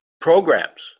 programs